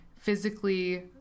physically